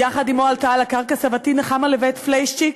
יחד עמו עלתה על הקרקע סבתי נחמה לבית פליישצ'יק,